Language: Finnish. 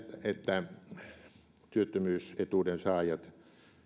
että työttömyysetuuden saajat